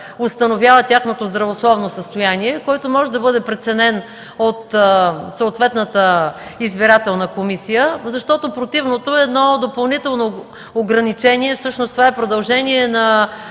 установява тяхното здравословно състояние, което може да бъде преценено от съответната избирателна комисия. Противното е допълнителното ограничение, всъщност това е продължение на